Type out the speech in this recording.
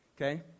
Okay